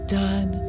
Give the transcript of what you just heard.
done